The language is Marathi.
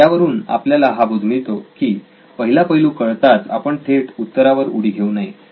यावरून आपल्याला हा बोध मिळतो की पहिला पैलू कळताच आपण थेट उत्तरावर उडी घेऊ नये